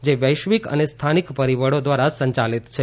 જે વૈશ્વિક અને સ્થાનિક પરિબળો દ્વારા સંચાલિત છે